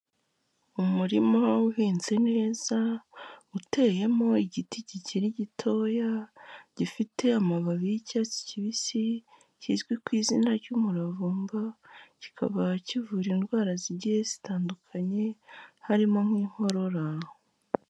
Umurima uhinze neza, uteyemo igiti gikiri gitoya, gifite amababi y'icyatsi kibisi, kizwi ku izina ry'umuravumba, kikaba kivura indwara zigiye zitandukanye, harimo nk'inkorora.